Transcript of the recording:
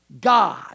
God